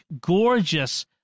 gorgeous